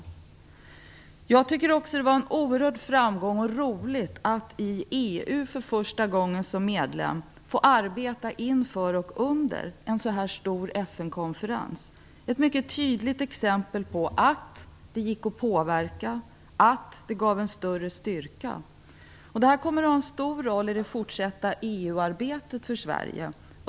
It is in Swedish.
Det var också en oerhörd framgång och roligt att som medlem i EU för första gången få arbeta inför och under en så här stor FN-konferens. Detta är ett mycket tydligt exempel på att det gick att påverka och att samarbetet gav en större styrka.